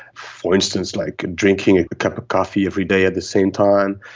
for instance, like drinking a cup of coffee every day at the same time.